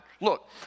Look